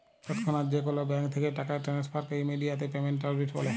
তৎক্ষনাৎ যে কোলো ব্যাংক থ্যাকে টাকা টেনেসফারকে ইমেডিয়াতে পেমেন্ট সার্ভিস ব্যলে